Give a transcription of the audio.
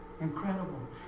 incredible